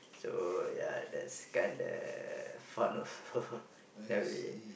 so ya that's kinda fun also then we